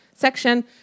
section